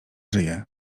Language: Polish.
żyje